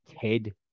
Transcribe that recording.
Ted